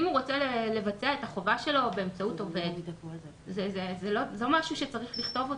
אם הוא רוצה לבצע את חובתו באמצעות עובד, זה לא משהו שצריך לכתוב אותו.